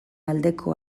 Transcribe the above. aldeko